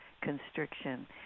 constriction